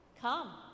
Come